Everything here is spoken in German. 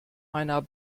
einer